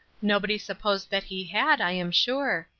nobody supposed that he had, i am sure,